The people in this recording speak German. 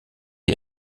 die